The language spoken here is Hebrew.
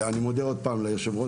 אני מודה עוד פעם ליושב-ראש